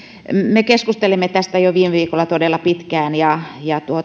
me keskustelimme tästä jo viime viikolla todella pitkään